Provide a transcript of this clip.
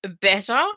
better